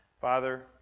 Father